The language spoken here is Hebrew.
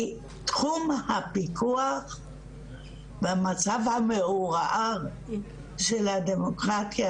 כי תחום הפיקוח במצב המעורער של הדמוקרטיה